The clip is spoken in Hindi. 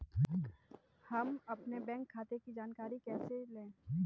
हम अपने बैंक खाते की जानकारी कैसे लें?